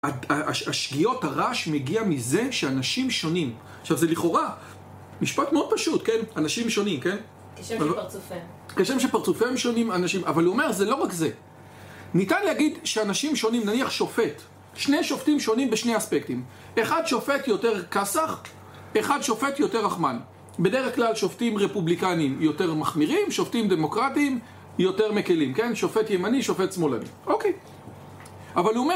השגיאות הרעש מגיע מזה שאנשים שונים. עכשיו זה לכאורה משפט מאוד פשוט, כן? אנשים שונים, כן? כשם שפרצופיהם כשם שפרצופיהם שונים אנשים אבל הוא אומר, זה לא רק זה ניתן להגיד שאנשים שונים, נניח, שופט שני שופטים שונים בשני אספקטים אחד שופט יותר קסאח אחד שופט יותר רחמן בדרך כלל שופטים רפובליקניים יותר מחמירים שופטים דמוקרטיים יותר מקלים, כן? שופט ימני, שופט שמאלני אוקיי אבל הוא אומר